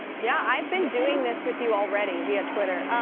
yeah, i've been doing this with you already via twitter.